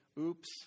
oops